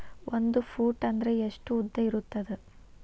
ಒಂದು ಫೂಟ್ ಅಂದ್ರೆ ಎಷ್ಟು ಉದ್ದ ಇರುತ್ತದ?